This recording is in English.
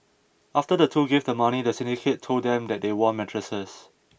after the two gave the money the syndicate told them that they won mattresses